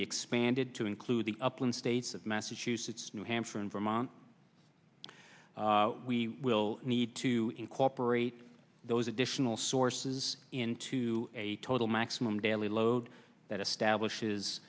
be expanded to include the upland states of massachusetts new hampshire and vermont we will need to incorporate those additional sources into a total maximum daily load that establishes